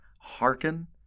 hearken